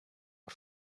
are